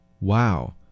Wow